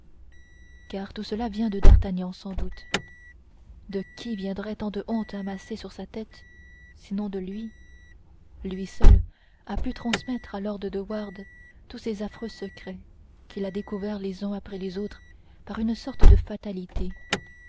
car tout cela lui vient de d'artagnan sans doute de qui viendraient tant de hontes amassées sur sa tête sinon de lui lui seul a pu transmettre à lord de winter tous ces affreux secrets qu'il a découverts les uns après les autres par une sorte de fatalité